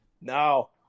No